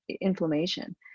inflammation